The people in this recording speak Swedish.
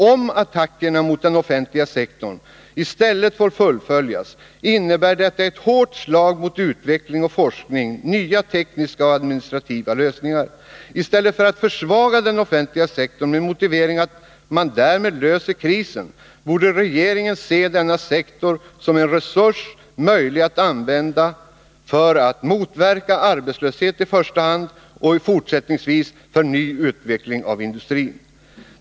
Om attackerna mot den offentliga sektorn i stället får fullföljas, innebär detta ett hårt slag mot utveckling och forskning, nya tekniska och administrativa lösningar. I stället för att försvaga den offentliga sektorn med motivering att man därmed löser krisen, borde regeringen se denna sektor som en resurs möjlig att använda för att motverka arbetslöshet i första hand och fortsättningsvis för ny utveckling av industrin.